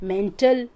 Mental